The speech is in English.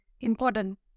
important